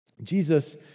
Jesus